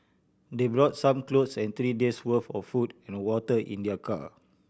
they brought some clothes and three days' worth of food and water in their car